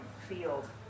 field